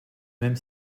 même